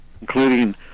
including